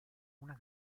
una